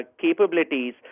capabilities